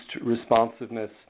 responsiveness